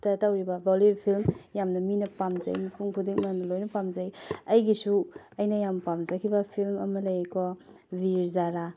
ꯇ ꯇꯧꯔꯤꯕ ꯕꯣꯂꯤꯋꯨꯗ ꯐꯤꯂꯝ ꯌꯥꯝꯅ ꯃꯤꯅ ꯄꯥꯝꯖꯩ ꯃꯤꯄꯨꯝ ꯈꯨꯗꯤꯡꯃꯛꯅ ꯂꯣꯏꯅ ꯄꯥꯝꯖꯩ ꯑꯩꯒꯤꯁꯨ ꯑꯩꯅ ꯌꯥꯝ ꯄꯥꯝꯖꯈꯤꯕ ꯐꯤꯂ꯭ꯝ ꯑꯃ ꯂꯩꯀꯣ ꯕꯤꯔ ꯖꯥꯔꯥ